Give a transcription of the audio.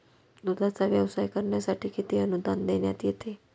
दूधाचा व्यवसाय करण्यासाठी किती अनुदान देण्यात येते?